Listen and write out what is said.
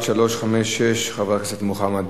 שהוא שאילתות לסגן שר החינוך.